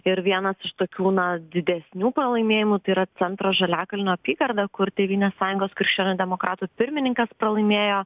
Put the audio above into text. ir vienas iš tokių na didesnių pralaimėjimų tai yra centro žaliakalnio apygardoje kur tėvynės sąjungos krikščionių demokratų pirmininkas pralaimėjo